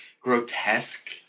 grotesque